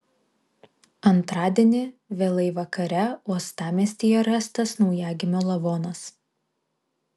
antradienį vėlai vakare uostamiestyje rastas naujagimio lavonas